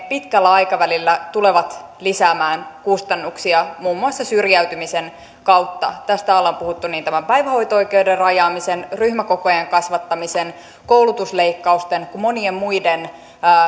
pitkällä aikavälillä tulevat lisäämään kustannuksia muun muassa syrjäytymisen kautta tästä ollaan puhuttu niin tämän päivähoito oikeuden rajaamisen ryhmäkokojen kasvattamisen koulutusleikkausten kuin monien muiden